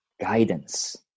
guidance